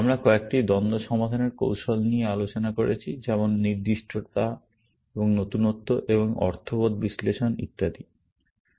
আমরা কয়েকটি দ্বন্দ্ব সমাধানের কৌশল নিয়ে আলোচনা করেছি যেমন নির্দিষ্টতা এবং নতুনত্ব এবং অর্থবোধ বিশ্লেষণ ইত্যাদি